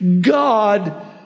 God